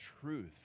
truth